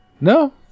No